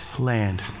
land